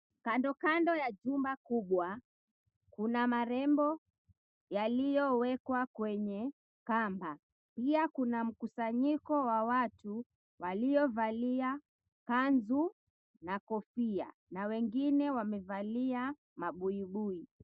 Kandokando ya jumba kubwa, kuna marembo yaliyowekwa kwenye kamba. Pia kuna mkusanyiko wa watu waliovalia kanzu na kofia na wengine wamevalia mabuibui.